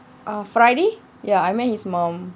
err friday ya I met his mum